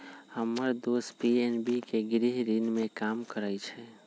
हम्मर दोस पी.एन.बी के गृह ऋण में काम करइ छई